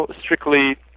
strictly